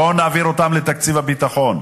בואו נעביר אותם לתקציב הביטחון.